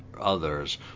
others